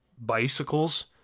bicycles